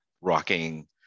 rocking